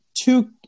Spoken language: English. Two